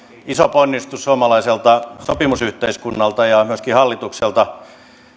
iso ponnistus suomalaiselta sopimusyhteiskunnalta ja myöskin hallitukselta